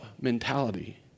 mentality